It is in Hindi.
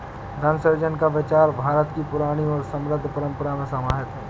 धन सृजन का विचार भारत की पुरानी और समृद्ध परम्परा में समाहित है